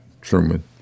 Truman